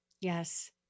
Yes